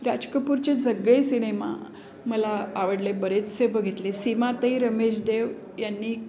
राज कपूरचे सगळे सिनेमा मला आवडले बरेचसे बघितले सीमाताई रमेश देव यांनी